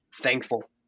thankful